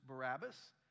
Barabbas